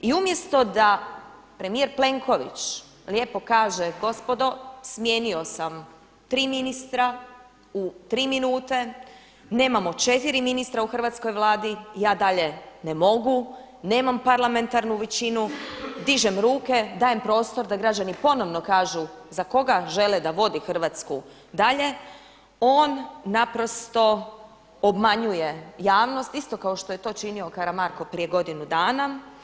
I umjesto da premijer Plenković lijepo kaže gospodo smijenio sam 3 ministra u 3 minute, nemamo 4 ministra u hrvatskoj Vladi, ja dalje ne mogu, nemam parlamentarnu većinu, dižem ruke, dajem prostor da građani ponovno kažu za koga žele da vodi Hrvatsku dalje, on naprosto obmanjuje javnost isto kao što je to činio Karamarko prije godinu dana.